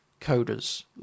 coders